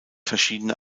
verschiedene